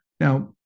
Now